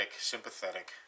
sympathetic